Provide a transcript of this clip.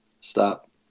Stop